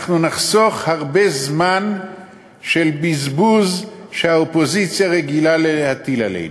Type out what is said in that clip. אנחנו נחסוך הרבה זמן של בזבוז שהאופוזיציה רגילה להטיל עלינו.